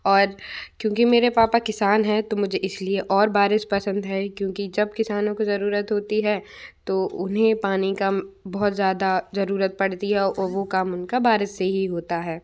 और क्योंकि मेरे पापा किसान हैं तो मुझे इसलिए और बारिश पसंद है क्योंकि जब किसानों को जरूरत होती है तो उन्हें पानी का बहुत ज़्यादा जरूरत पड़ती है और वो काम उन का बारिश से ही होता है